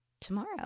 tomorrow